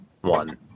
one